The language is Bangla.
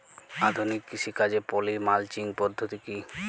আধুনিক কৃষিকাজে পলি মালচিং পদ্ধতি কি?